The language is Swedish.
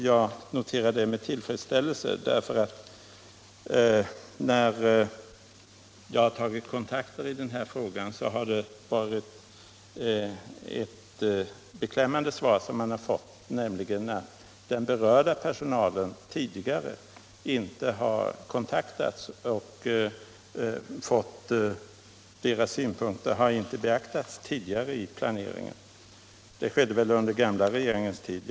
Jag noterar detta med tillfredsställelse, för vid kontakter i detta ärende har jag fått det beklämmande svaret att den berörda personalen tidigare inte har tillfrågats. Personalens synpunkter har inte beaktats vid planeringen som väl skedde under gamla regeringens tid.